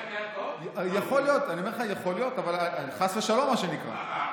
אני אומר לך, יכול להיות, חס ושלום, מה שנקרא.